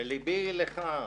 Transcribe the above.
ולבי לך,